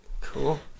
Cool